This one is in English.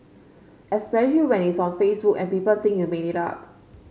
especially when it's on Facebook and people think you made it up